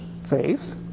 faith